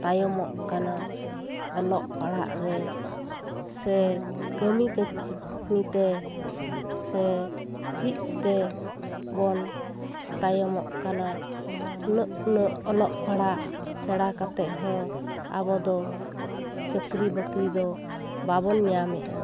ᱛᱟᱭᱚᱢᱚᱜ ᱠᱟᱱᱟ ᱚᱞᱚᱜ ᱯᱟᱲᱦᱟᱜ ᱨᱮ ᱥᱮ ᱠᱟᱢᱤ ᱠᱟᱹᱥᱱᱤᱛᱮ ᱥᱮ ᱪᱤᱫ ᱛᱮᱵᱚᱱ ᱛᱟᱭᱚᱢᱚᱜ ᱠᱟᱱᱟ ᱩᱱᱟᱹᱜ ᱩᱱᱟᱹᱜ ᱚᱞᱚᱜ ᱯᱟᱲᱦᱟᱜ ᱥᱮᱬᱟ ᱠᱟᱛᱮᱜ ᱦᱚᱸ ᱟᱵᱚ ᱫᱚ ᱪᱟᱹᱠᱨᱤ ᱵᱟᱹᱠᱨᱤ ᱫᱚ ᱵᱟᱵᱚᱱ ᱧᱟᱢᱮᱜᱼᱟ